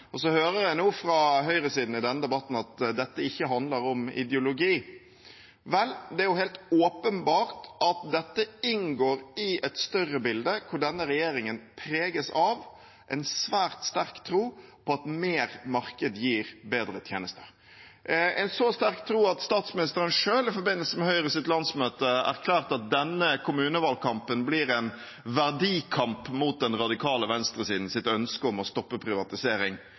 Så hører jeg nå fra høyresiden i denne debatten at dette ikke handler om ideologi. Vel, det er helt åpenbart at dette inngår i et større bilde hvor denne regjeringen preges av en svært sterk tro på at mer marked gir bedre tjenester – en så sterk tro at statsministeren selv i forbindelse med Høyres landsmøte erklærte at denne kommunevalgkampen blir en verdikamp mot den radikale venstresidens ønske om å stoppe privatisering